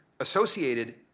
associated